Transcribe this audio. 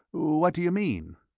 what do you mean?